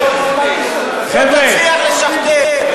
לא תצליח לשכתב.